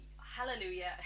hallelujah